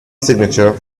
signature